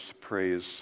praise